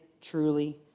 truly